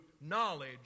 knowledge